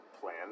plan